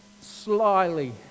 Slyly